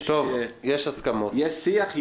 יש שיח?